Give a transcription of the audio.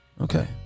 Okay